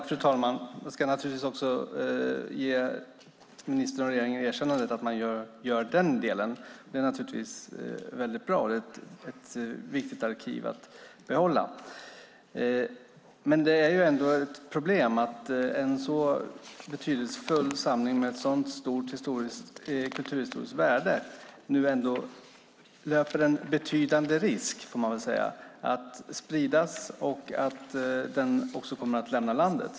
Fru talman! Jag ska ge ministern och regeringen erkännandet att de gör den delen. Det är bra, och detta är ett viktigt arkiv att behålla. Men det är ett problem att en så betydelsefull samling med ett så stort kulturhistoriskt värde nu ändå löper en betydande risk - så får man väl säga - att spridas och att lämna landet.